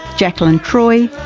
jakelin troy,